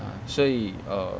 ah 所以 err